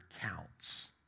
counts